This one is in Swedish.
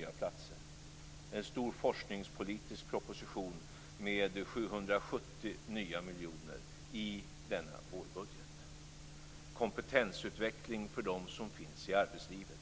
nya platser, med en stor forskningspolitisk proposition, med 770 nya miljoner i denna vårbudget samt med miljardsatsningar på kompetensutveckling för dem som finns i arbetslivet.